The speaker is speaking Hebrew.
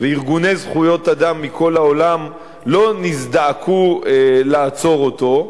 וארגוני זכויות אדם מכל העולם לא נזדעקו לעצור אותו.